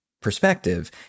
perspective